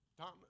Tom